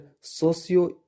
socio